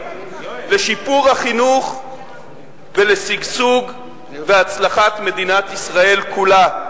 לשיפור החינוך ולשגשוג והצלחת מדינת ישראל כולה.